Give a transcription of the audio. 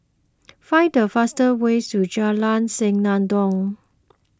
find the fastest ways to Jalan Senandong